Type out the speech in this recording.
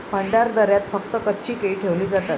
भंडारदऱ्यात फक्त कच्ची केळी ठेवली जातात